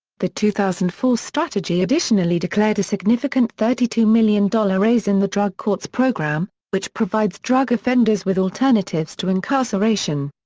the two thousand and four strategy additionally declared a significant thirty two million dollar raise in the drug courts program, which provides drug offenders with alternatives to incarceration.